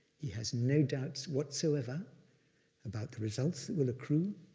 he has no doubts whatsoever about the results that will accrue,